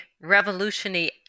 revolutionary